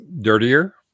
dirtier